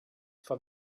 for